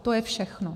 To je všechno.